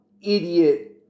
idiot